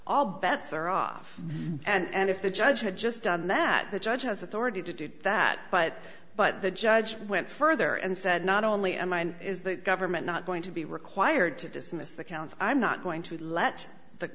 all bets are off and if the judge had just done that the judge has authority to do that but but the judge went further and said not only am i and is the government not going to be required to dismiss the counts i'm not going to let the